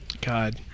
God